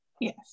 Yes